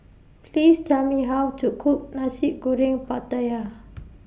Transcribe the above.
Please Tell Me How to Cook Nasi Goreng Pattaya